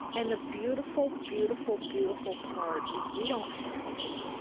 and the beautiful, beautiful, beautiful part is we don't have to